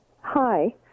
Hi